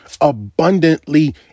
abundantly